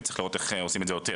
וצריך לראות איך עושים את זה יותר.